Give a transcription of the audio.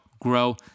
grow